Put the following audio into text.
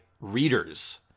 readers